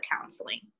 counseling